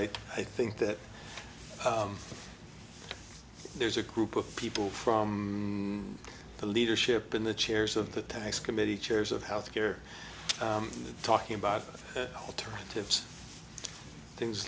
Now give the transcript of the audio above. i i think that there's a group of people from the leadership in the chairs of the tax committee chairs of health care talking about alternatives things